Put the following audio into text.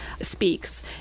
speaks